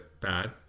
bad